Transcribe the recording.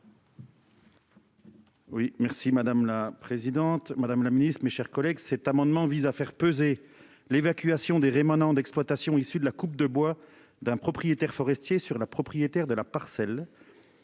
Oui merci madame la présidente Madame la Ministre, mes chers collègues. Cet amendement vise à faire peser l'évacuation d'air émanant d'exploitation issus de la coupe de bois d'un propriétaire forestier sur la propriétaire de la parcelle.